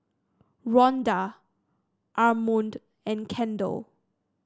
Ronda Armond and Kendell